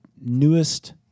newest